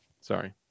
sorry